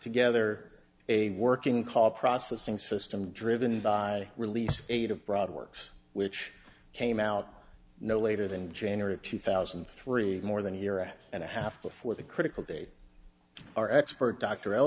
together a working call processing system driven by release eight of broad works which came out no later than january of two thousand and three more than a year and a half before the critical date our expert d